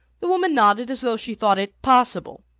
the woman nodded as though she thought it possible.